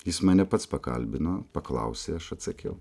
jis mane pats pakalbino paklausė aš atsakiau